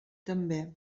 també